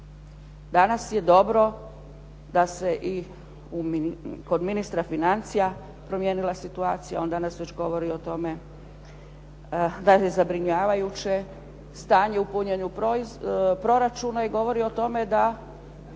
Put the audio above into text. Danas je dobro da se i kod ministra financija promijenila situacija. On već danas govori o tome da je zabrinjavajuće stanje u punjenju proračuna i govori o tome da